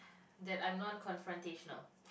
that I'm not confrontational